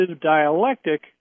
dialectic